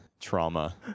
trauma